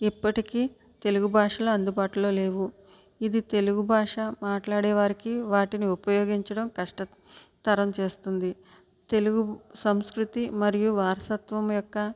ఇప్పటికి తెలుగు భాషలో అందుబాటులో లేవు ఇది తెలుగు భాష మాట్లాడే వారికి వాటిని ఉపయోగించడం కష్టతరం చేస్తుంది తెలుగు సంస్కృతి మరియు వారసత్వం యొక్క